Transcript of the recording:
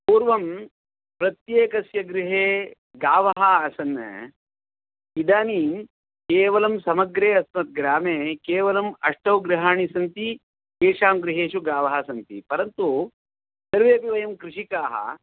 पूर्वं प्रत्येकस्य गृहे गावः आसन् इदानीं केवलं समग्रे अस्मद्ग्रामे केवलम् अष्टौ गृहाणि सन्ति येषां गृहेषु गावः सन्ति परन्तु सर्वेपि वयं कृषिकाः